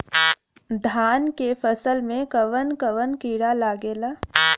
धान के फसल मे कवन कवन कीड़ा लागेला?